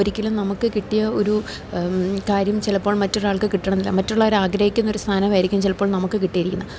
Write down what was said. ഒരിക്കലും നമ്മള്ക്കു കിട്ടിയ ഒരു കാര്യം ചിലപ്പോൾ മറ്റുള്ളൊരാൾക്കു കിട്ടണമെന്നില്ല മറ്റുള്ളവരാഗ്രഹിക്കുന്ന ഒരു സാധനമായിരിക്കും ചിലപ്പോൾ നമുക്കു കിട്ടിയിരിക്കുന്നത്